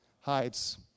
hides